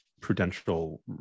prudential